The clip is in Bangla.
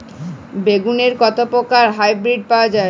বেগুনের কত প্রকারের হাইব্রীড পাওয়া যায়?